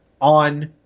on